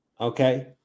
okay